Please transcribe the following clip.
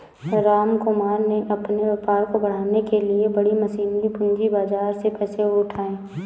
रामकुमार ने अपने व्यापार को बढ़ाने के लिए बड़ी मशीनरी पूंजी बाजार से पैसे उठाए